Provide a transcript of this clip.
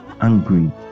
angry